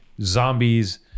zombies